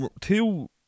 two